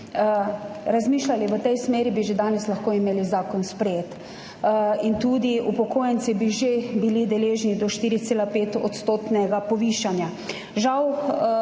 razmišljali v tej smeri, bi že danes lahko imeli sprejet zakon in tudi upokojenci bi že bili deležni 4,5-odstotnega povišanja. Žal